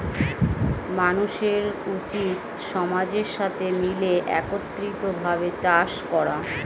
মানুষের উচিত সমাজের সাথে মিলে একত্রিত ভাবে চাষ করা